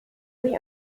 sich